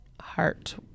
heart